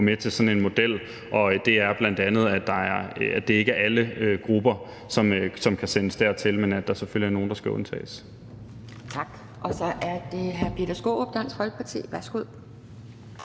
med til sådan en model, og det er bl.a., at det ikke er alle grupper, som kan sendes dertil, men at der selvfølgelig er nogle, der skal undtages. Kl. 12:03 Anden næstformand (Pia Kjærsgaard):